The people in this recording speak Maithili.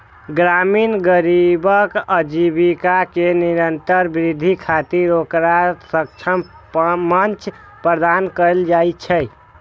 ग्रामीण गरीबक आजीविका मे निरंतर वृद्धि खातिर ओकरा सक्षम मंच प्रदान कैल जाइ छै